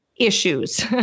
Issues